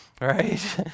Right